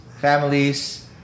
families